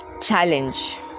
challenge